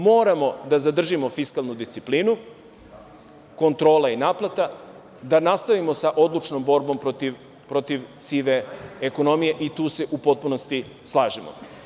Moramo da zadržimo fiskalnu disciplinu kontrola i naplata, da nastavimo sa odlučnom borbom protiv sive ekonomije i tu se u potpunosti slažemo.